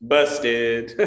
Busted